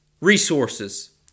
resources